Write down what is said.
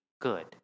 good